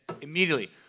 immediately